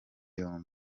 yombi